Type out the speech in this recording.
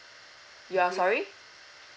you're sorry